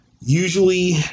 usually